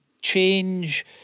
change